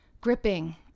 gripping